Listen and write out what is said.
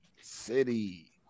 City